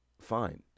fine